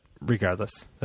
regardless